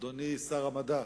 אדוני שר המדע,